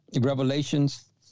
Revelations